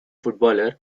footballer